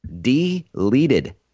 deleted